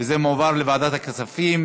וזה מועבר לוועדת הכספים.